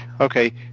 Okay